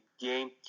game